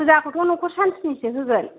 फुजाखौथ' न'खर शान्तिनिसो होगोन